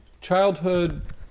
childhood